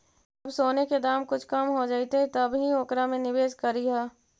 जब सोने के दाम कुछ कम हो जइतइ तब ही ओकरा में निवेश करियह